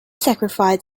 sacrifice